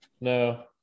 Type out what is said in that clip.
No